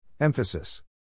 Emphasis